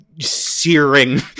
searing